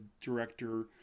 director